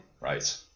right